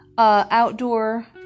Outdoor